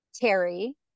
terry